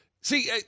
See